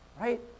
Right